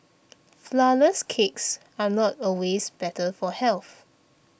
Flourless Cakes are not always better for health